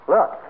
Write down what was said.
Look